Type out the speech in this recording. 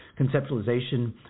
conceptualization